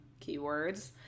keywords